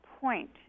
point